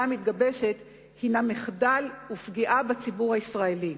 המתגבשת היא מחדל ופגיעה בציבור הישראלי.